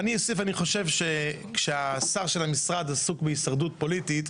ואני חושב שכשהשר של המשרד עסוק בהישרדות פוליטית,